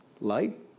light